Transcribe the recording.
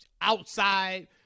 outside